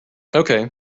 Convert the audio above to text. okay